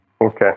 Okay